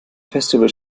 festival